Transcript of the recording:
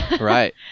right